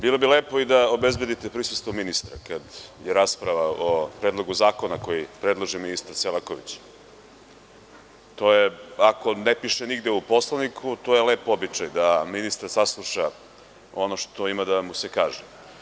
Bilo bi lepo i da obezbedite prisustvo ministra kada je rasprava o Predlogu zakona koji predlaže ministar Selaković., Ako ne piše nigde u Poslovniku, to je lep običaj da ministar sasluša ono što ima da mu se kaže.